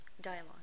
dialogue